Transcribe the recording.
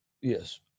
Yes